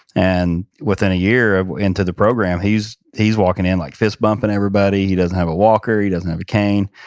and within a year into the program, he's he's walking in like fist bumping everybody, he doesn't have a walker, he doesn't have a cane.